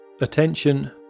attention